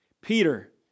Peter